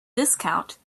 discount